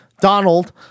Donald